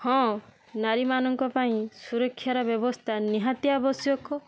ହଁ ନାରୀମାନଙ୍କ ପାଇଁ ସୁରକ୍ଷାର ବ୍ୟବସ୍ତା ନିହାତି ଆବଶ୍ୟକ